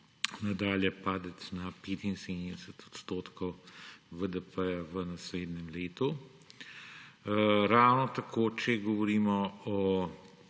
nadalje padec na 75 odstotka BDP v naslednjem letu. Ravno tako, če govorimo –